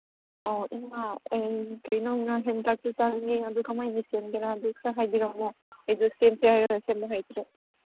ꯑꯣ ꯏꯃꯥ ꯑꯩ ꯀꯩꯅꯣꯅ ꯍꯦꯟꯇꯥꯛꯁꯨ ꯆꯥꯅꯤꯉꯤ ꯑꯗꯨ ꯀꯃꯥꯏꯅ ꯁꯦꯝꯒꯦꯔꯥ ꯍꯥꯏꯗꯨ ꯈꯔ ꯍꯥꯏꯕꯤꯔꯝꯃꯣ ꯑꯩꯁꯨ ꯁꯦꯝꯁꯦ ꯍꯥꯏꯔ ꯁꯦꯝꯕ ꯍꯩꯇ꯭ꯔꯦ